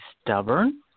stubborn